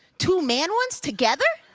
two man ones together!